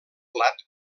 plat